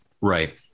Right